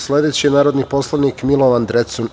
Sledeći narodni poslanik Milovan Drecun.